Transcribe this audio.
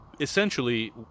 essentially